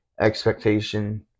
expectation